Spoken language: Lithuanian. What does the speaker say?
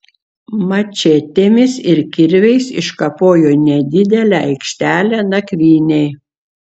mačetėmis ir kirviais iškapojo nedidelę aikštelę nakvynei